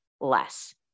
less